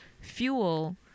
fuel